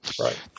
right